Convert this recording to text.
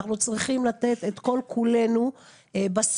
אנחנו צריכים לתת את כל כולנו בסיוע,